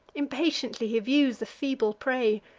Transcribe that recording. impatiently he views the feeble prey,